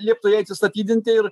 lieptų jai atsistatydinti ir